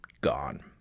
gone